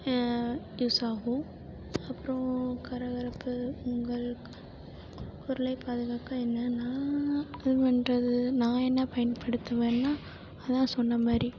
use ஆகும் அப்றம் கரகரப்பு உங்கள் குரலை பாதுகாக்க என்னன்ன பண்ணுறது நான் என்ன பயன்படுத்துவேன்னா அதான் சொன்ன மாதிரி